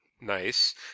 nice